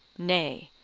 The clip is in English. nay,